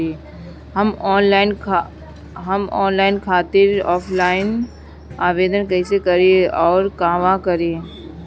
हम लोन खातिर ऑफलाइन आवेदन कइसे करि अउर कहवा करी?